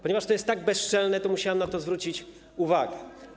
Ponieważ to jest tak bezczelne, musiałem na to zwrócić uwagę.